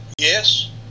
Yes